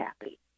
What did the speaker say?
happy